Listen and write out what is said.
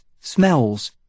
smells